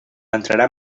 entrarà